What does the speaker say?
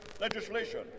legislation